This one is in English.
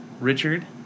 Richard